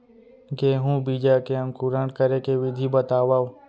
गेहूँ बीजा के अंकुरण करे के विधि बतावव?